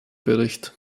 bericht